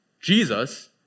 Jesus